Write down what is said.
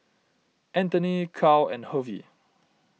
Anthony Carl and Hervey